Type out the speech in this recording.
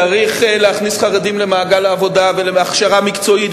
צריך להכניס חרדים למעגל העבודה ולהכשרה מקצועית,